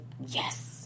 yes